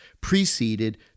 preceded